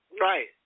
Right